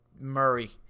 Murray